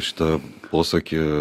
šitą posakį